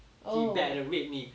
oh